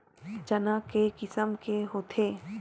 चना के किसम के होथे?